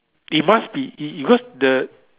it must be it it because the